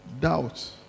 doubt